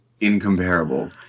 incomparable